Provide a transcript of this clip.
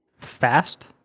Fast